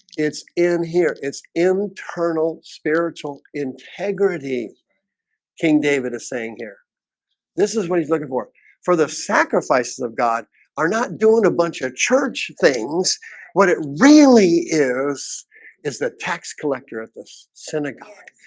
it's in here. it's internal spiritual integrity king david is saying here this is what he's looking for for the sacrifices of god are not doing a bunch of church things what it really is is that tax collector of this synagogue?